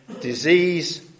disease